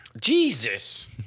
Jesus